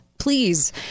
please